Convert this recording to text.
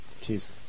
Cheers